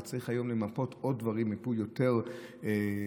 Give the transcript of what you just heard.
צריך היום למפות עוד דברים מיפוי יותר פרטני,